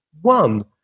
one